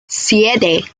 siete